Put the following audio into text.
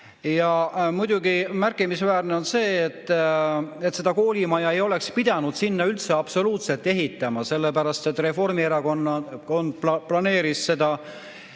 Muidugi on märkimisväärne see, et seda koolimaja ei oleks pidanud sinna üldse absoluutselt ehitatama, sellepärast et Reformierakond planeeris